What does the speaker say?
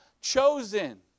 chosen